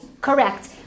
Correct